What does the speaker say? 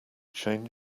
change